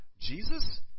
Jesus